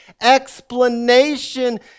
Explanation